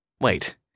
Wait